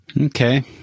okay